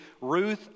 Ruth